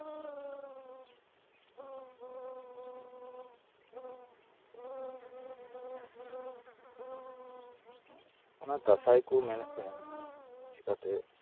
ᱚᱱᱟ ᱫᱟᱸᱥᱟᱭ ᱠᱚ ᱢᱮᱱᱮᱫ ᱛᱟᱦᱮᱸᱫ ᱪᱮᱠᱟᱛᱮ